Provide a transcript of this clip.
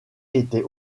était